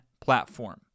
platform